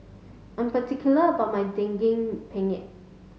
I'm particular about my Daging Penyet